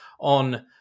on